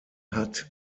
hat